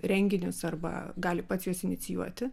renginius arba gali pats juos inicijuoti